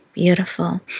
Beautiful